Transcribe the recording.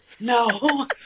No